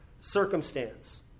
circumstance